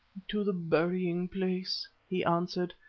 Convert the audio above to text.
to the burying-place, he answered.